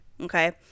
okay